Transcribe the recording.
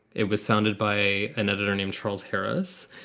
it was founded by an editor named charles harris.